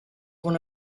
one